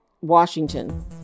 Washington